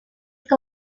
que